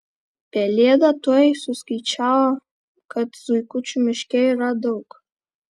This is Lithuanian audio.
pelėda tuoj suskaičiavo kad zuikučių miške yra daug